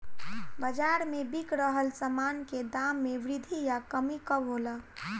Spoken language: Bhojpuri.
बाज़ार में बिक रहल सामान के दाम में वृद्धि या कमी कब होला?